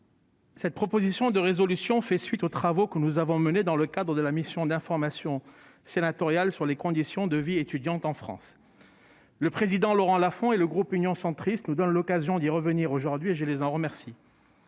cette proposition de résolution fait suite aux travaux que nous avons menés dans le cadre de la mission d'information sénatoriale « Conditions de la vie étudiante en France ». Le président Laurent Lafon et le groupe Union Centriste nous donnent l'occasion d'y revenir aujourd'hui, et je les en remercie.